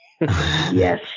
Yes